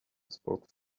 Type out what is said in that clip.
spoke